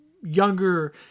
younger